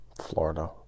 Florida